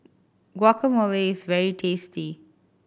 guacamole is very tasty